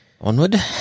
onward